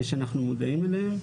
שאנחנו מודעים אליהן,